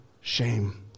shame